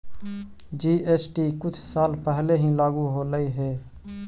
GST कुछ साल पहले ही लागू होलई हे